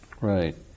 Right